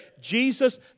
Jesus